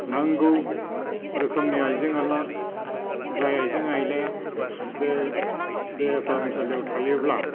नांगौ रोखोमनि आइजें आयला जाय आइजें आयलाया बे देहा फाहामसालियाव थायोब्ला